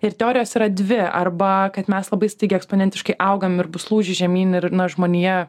ir teorijos yra dvi arba kad mes labai staigiai eksponentiškai augam ir bus lūžis žemyn ir nors žmonija